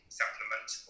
supplement